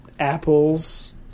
apples